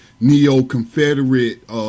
neo-Confederate